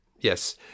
yes